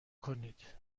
کنید